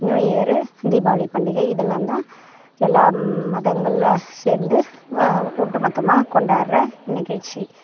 new year Deepavali பண்டிகை இதெல்லாம் தான் எல்லா மதங்களும் சேர்ந்து ஒட்டுமொத்தமாக கொண்டாடுற நிகழ்ச்சி